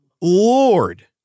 Lord